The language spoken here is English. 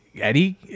Eddie